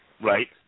Right